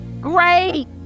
Great